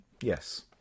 Yes